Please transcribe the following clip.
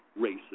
racist